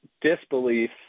disbelief